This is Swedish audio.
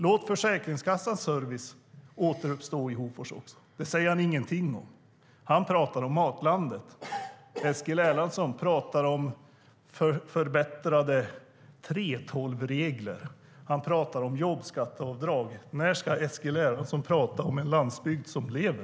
Låt Försäkringskassans servicekontor i Hofors återuppstå. Det säger han ingenting om. Eskil Erlandsson pratar om matlandet. Han pratar om förbättrade 3:12-regler, och han pratar om jobbskatteavdrag. När ska Eskil Erlandsson tala om en landsbygd som lever?